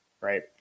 Right